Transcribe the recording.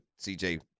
CJ